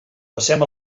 passem